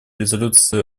резолюции